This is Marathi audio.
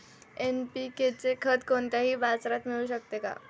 एन.पी.के खत कोणत्याही बाजारात मिळू शकते का?